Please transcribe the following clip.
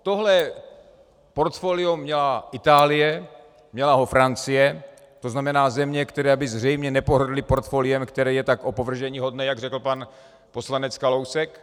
Toto portfolio měla Itálie, měla ho Francie, to znamená země, které by zřejmě nepohrdly portfoliem, které je tak opovrženíhodné, jak řekl pan poslanec Kalousek.